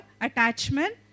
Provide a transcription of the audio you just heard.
attachment